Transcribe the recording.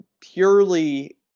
purely